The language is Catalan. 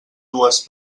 dues